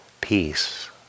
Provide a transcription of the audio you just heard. peace